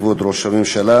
כבוד ראש הממשלה,